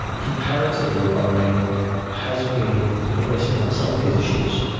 comparatively, bahrain has been progressive on some of these issues.